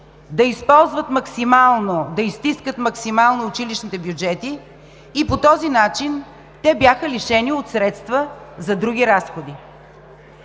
да изстискат максимално училищните бюджети и по този начин те бяха лишени от средства за други разходи.